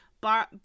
bar